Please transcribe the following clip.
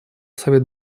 совет